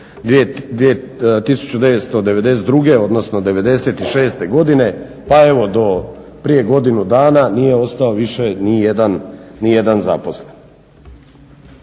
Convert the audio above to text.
1992., odnosno '96. godine pa evo do prije godinu dana nije ostao više nijedan zaposlen.